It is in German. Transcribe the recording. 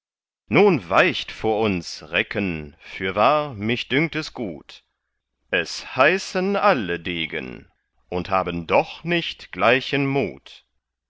nun weicht vor uns recken fürwahr mich dünkt es gut es heißen alle degen und haben doch nicht gleichen mut